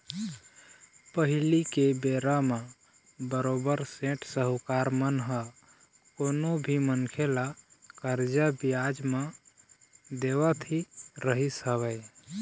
पहिली के बेरा म बरोबर सेठ साहूकार मन ह कोनो भी मनखे ल करजा बियाज म देवत ही रहिस हवय